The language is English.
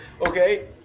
okay